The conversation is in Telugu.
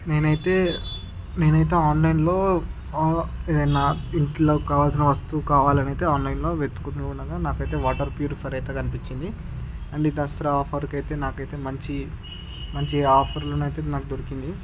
నేనైతే నేనైతే ఆన్లైన్లో ఓ ఏదైనా ఇంట్లోకి కావాల్సిన వస్తువు కావలనైతే ఆన్లైన్లో వెతుకుతూ ఉండగా నాకైతే వాటర్ ప్యూరిఫయ్యర్ అయితే కనిపించింది అండ్ ఈ దసరా ఆఫర్కి అయితే నాకైతే మంచి మంచిగా ఆఫర్లో నైతే నాకు దొరికింది